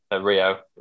rio